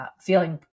feeling